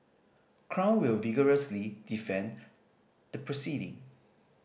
crown will vigorously defend the proceeding